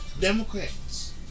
Democrats